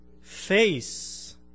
face